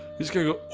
he's google